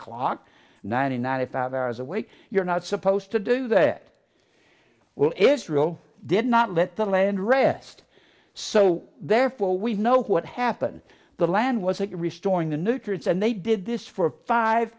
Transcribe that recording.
clock ninety ninety five hours a week you're not supposed to do that well israel did not let the land rest so therefore we know what happened the land wasn't restoring the nutrients and they did this for five